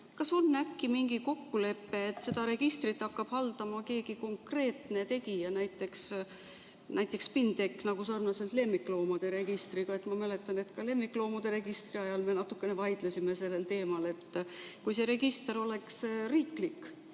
kas on äkki mingi kokkulepe, et seda registrit hakkab haldama keegi konkreetne tegija, näiteks Spin TEK, nagu lemmikloomade registri puhul. Ma mäletan, et ka lemmikloomade registri ajal me natukene vaidlesime sellel teemal. Kui see register oleks riiklik,